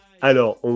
Alors